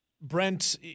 Brent